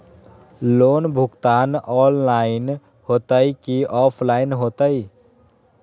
Loan भुगतान online होतई कि ऑफलाइन होतई?